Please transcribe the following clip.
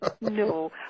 no